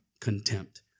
contempt